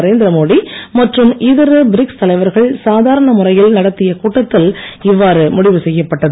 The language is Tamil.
நரேந்திரமோடி மற்றும் இதர பிரிக்ஸ் தலைவர்கள் சாதாரண முறையில் நடத்திய கூட்டத்தில் இவ்வாறு முடிவு செய்யப்பட்டது